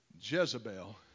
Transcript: Jezebel